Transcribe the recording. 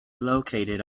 located